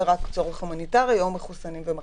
רק צורך הומניטרי או מחוסנים ומחלימים.